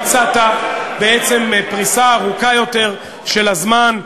הצעת בעצם פריסה ארוכה יותר של הזמן,